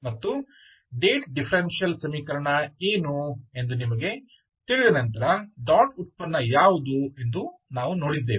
ಮತ್ತು date differential ಸಮೀಕರಣ ಏನು ಎಂದು ನಿಮಗೆ ತಿಳಿದ ನಂತರ ಡಾಟ್ ಉತ್ಪನ್ನ ಯಾವುದು ಎಂದು ನಾವು ನೋಡಿದ್ದೇವೆ